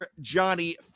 Johnny